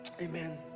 Amen